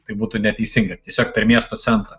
tai būtų neteisinga tiesiog per miesto centrą